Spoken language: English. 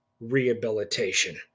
rehabilitation